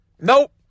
Nope